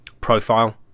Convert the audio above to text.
profile